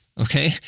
okay